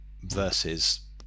versus